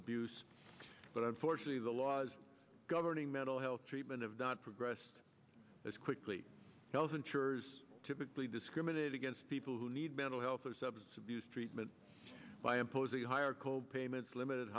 abuse but unfortunately the laws governing mental health treatment of not progressed as quickly health insurers typically discriminate against people who need mental health or substance abuse treatment by imposing higher co payments limited